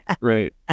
Right